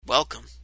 Welcome